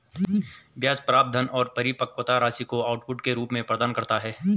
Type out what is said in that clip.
ब्याज प्राप्त धन और परिपक्वता राशि को आउटपुट के रूप में प्रदान करता है